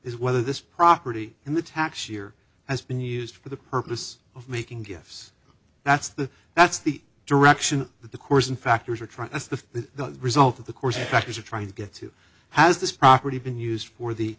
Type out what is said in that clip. is whether this property in the tax year has been used for the purpose of making gifts that's the that's the direction that the course and factors are trying as the result of the course factors are trying to get to has this property been used for the